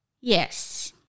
Yes